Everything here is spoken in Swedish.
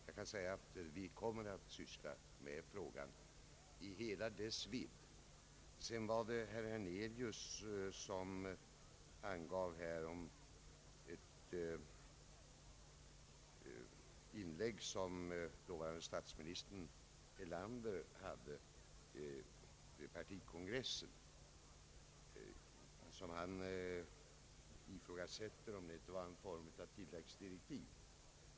Jag kan säga att beredningen kommer att behandla frågan i hela dess vidd. Herr Hernelius angav ett uttalande som dåvarande statsminister Erlander hade vid partikongressen, och herr Hernelius ifrågasatte om det inte var en form av tilläggsdirektiv.